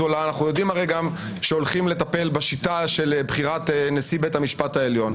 ואז צריך להיות להם מעמד מיוחד גם בבית המשפט העליון.